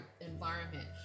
environment